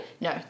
No